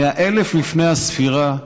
מ-1000 לפני הספירה.